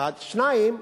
אחד, שניים,